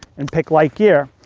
and pick light gear.